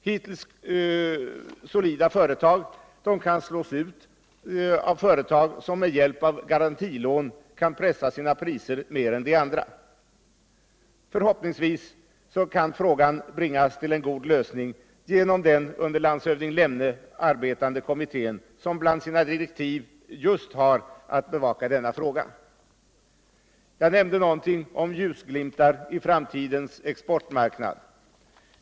Hittills solida företag kan slås ut av företag som med hjälp av garantilån kan pressa sina priser mer än de andra. Förhoppningsvis kan frågan bringas till en god lösning genom den under landshövding Lemne arbetande kommittén, som enligt sina direktiv just har att bl.a. bevaka denna fråga. Jag nämnde någonting om ljusglimtar i framtiden när det gäller exportmarknaden.